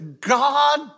God